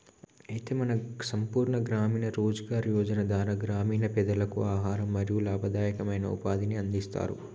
అయితే మన సంపూర్ణ గ్రామీణ రోజ్గార్ యోజన ధార గ్రామీణ పెదలకు ఆహారం మరియు లాభదాయకమైన ఉపాధిని అందిస్తారు